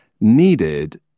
needed